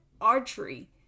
archery